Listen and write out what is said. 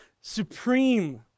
supreme